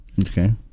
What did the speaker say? okay